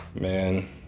man